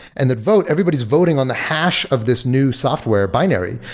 and that vote, everybody's voting on the hash of this new software binary.